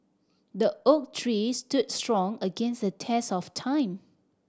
the oak tree stood strong against the test of time